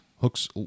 hooks